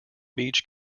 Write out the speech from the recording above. beach